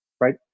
right